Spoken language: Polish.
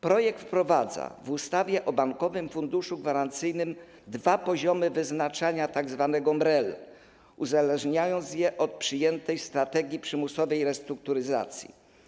Projekt wprowadza w ustawie o Bankowym Funduszu Gwarancyjnym dwa poziomy wyznaczania tzw. MREL, uzależniając je od przyjętej strategii przymusowej restrukturyzacji.